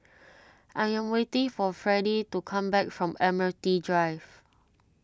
I am waiting for Freddie to come back from Admiralty Drive